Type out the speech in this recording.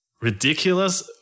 ridiculous